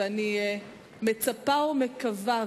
ואני מצפה ומקווה,